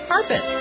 Carpet